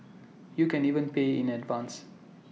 you can even pay in advance